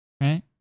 right